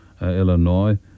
Illinois